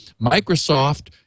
Microsoft